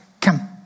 Come